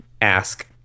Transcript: ask